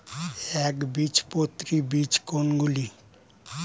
একবীজপত্রী বীজ কোন গুলি?